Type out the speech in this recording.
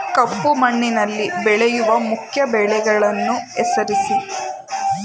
ಕಪ್ಪು ಮಣ್ಣಿನಲ್ಲಿ ಬೆಳೆಯುವ ಮುಖ್ಯ ಬೆಳೆಗಳನ್ನು ಹೆಸರಿಸಿ